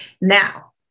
Now